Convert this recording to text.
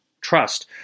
trust